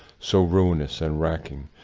so ruinous and racking,